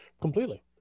completely